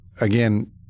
again